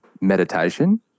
meditation